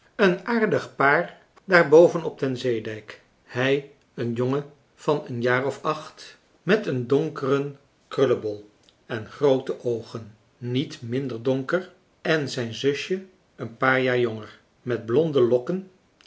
een aardig paar daar boven op den zeedijk hij een jongen van een jaar of acht met een donkeren krullebol en groote oogen niet minder donker en zijn zusje een paar jaar jonger met blonde lokken